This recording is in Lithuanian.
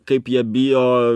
kaip jie bijo